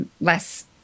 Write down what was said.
less